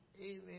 Amen